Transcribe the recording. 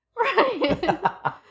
Right